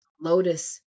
Lotus